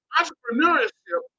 Entrepreneurship